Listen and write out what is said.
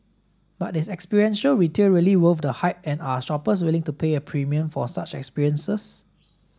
but is experiential retail really worth the hype and are shoppers willing to pay a premium for such experiences